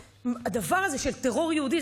הדבר הזה של טרור יהודי,